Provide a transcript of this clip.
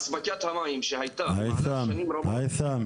אספקת המים שהייתה במהלך שנים רבות --- היתם,